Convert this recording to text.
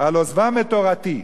"על עזבם את תורתי".